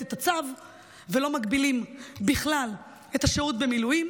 את הצו ולא מגבילים בכלל את השירות במילואים,